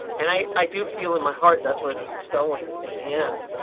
and i i do feel in my heart that's where this is going. in the end